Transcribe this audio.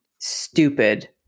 stupid